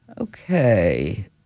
Okay